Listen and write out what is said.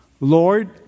Lord